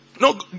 no